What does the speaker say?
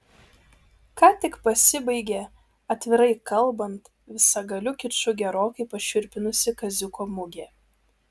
ką tik pasibaigė atvirai kalbant visagaliu kiču gerokai pašiurpinusi kaziuko mugė